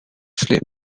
sleep